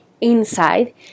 inside